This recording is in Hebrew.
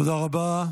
תודה רבה.